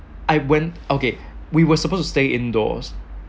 I went okay we were supposed to stay indoors